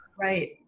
Right